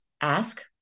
ask